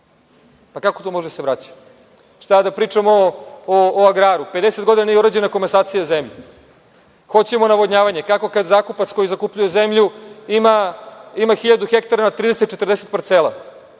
Pa kako to može da se vraća? Šta da pričamo o agraru? Pedeset godina nije urađena komesacija zemlje. Hoćemo navodnjavanje. Kako kad zakupac koji zakupljuje zemlju ima hiljadu hektara na 30, 40 parcela?